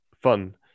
fun